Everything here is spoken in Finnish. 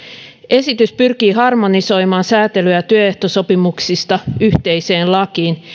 esitys pyrkii harmonisoimaan säätelyä työehtosopimuksista yhteiseen lakiin